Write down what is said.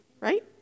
right